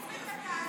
אתם מקצרים את התהליך.